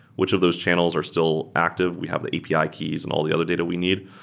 which of those channels are still active? we have the api ah keys and all the other data we need.